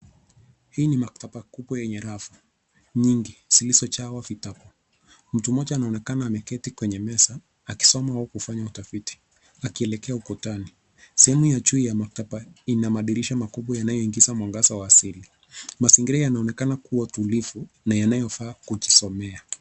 Hii ni maktaba kubwa yenye rafu nyingi zilizojaa vitabu. Mtu mmoja anaonekana ameketi kwenye meza akisoma au kufanya utafiti, akielekea ukutani. Sehemu ya juu ya maktaba ina madirisha makubwa yanayoingiza mwangaza wa asili. Mazingira yanaonekana kuwa tulivu na yanayofaa kujisomea.